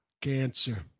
cancer